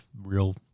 real